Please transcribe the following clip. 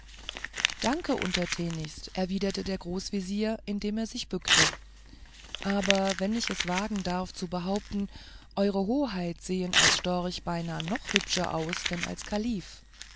danke untertänigst erwiderte der großvezier indem er sich bückte aber wenn ich es wagen darf zu behaupten eure hoheit sehen als storch beinahe noch hübscher aus denn als kalif